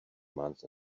month